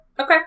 Okay